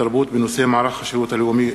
התרבות והספורט בנושא: מערך השירות הלאומי,